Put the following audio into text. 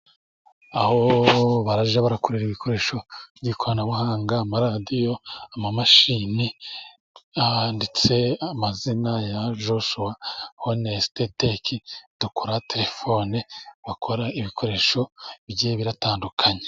Aho barajya barakorera ibikoresho by'ikoranabuhanga amaradiyo, amamashini, handitse amazina ya Joshuwa honesite teki dukora telefone, bakora ibikoresho bigiye bitandukanye.